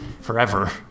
forever